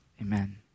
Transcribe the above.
Amen